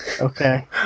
Okay